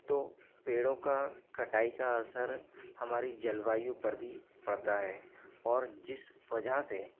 तो पेड़ों का कटाई का असर हमारी जलवायु पर भी पड़ता है और जिस वजह से